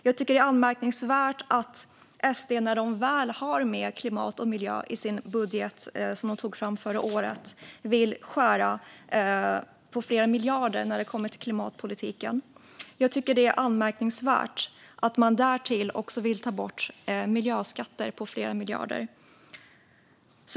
Jag tycker att det är anmärkningsvärt att SD när de väl har med klimat och miljö i sin budget, som de hade förra året, vill skära ned på klimatpolitiken med flera miljarder. Jag tycker att det är anmärkningsvärt att man därtill vill ta bort miljöskatter på flera miljarder.